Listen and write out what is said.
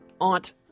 aunt